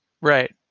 right